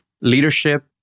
leadership